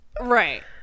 right